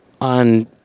on